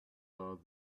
saw